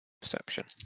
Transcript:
Perception